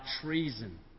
treason